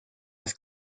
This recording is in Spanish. las